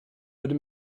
würde